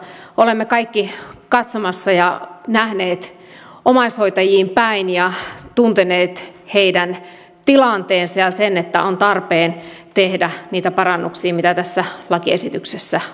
olemme kaikki katsomassa ja nähneet omaishoitajiin päin ja tunteneet heidän tilanteensa ja sen että on tarpeen tehdä niitä parannuksia mitä tässä lakiesityksessä on